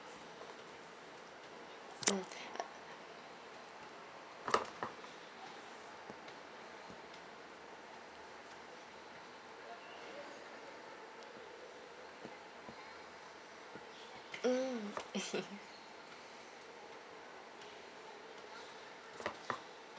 mm mm